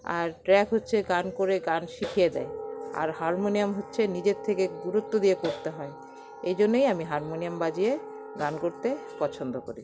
আর track হচ্ছে গান করে গান শিখিয়ে দেয় আর হারমোনিয়াম হচ্ছে নিজের থেকে গুরুত্ব দিয়ে করতে হয় এই জন্যই আমি হারমোনিয়াম বাজিয়ে গান করতে পছন্দ করি